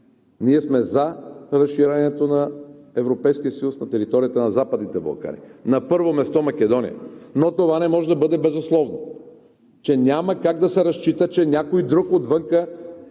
ние сме за разширението на Европейския съюз на територията на Западните Балкани, на първо място, Македония, но това не може да бъде безусловно, че няма как да се разчита на някой друг, отвън